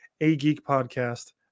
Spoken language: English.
AGEEKPODCAST